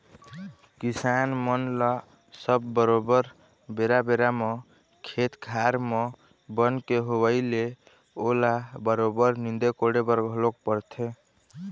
किसान मन ल सब बरोबर बेरा बेरा म खेत खार म बन के होवई ले ओला बरोबर नींदे कोड़े बर घलोक परथे